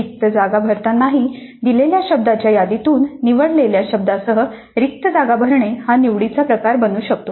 रिक्त जागा भरतानाही दिलेल्या शब्दाच्या यादीतून निवडलेल्या शब्दासह रिक्त जागा भरणे हा निवडीचा प्रकार बनू शकतो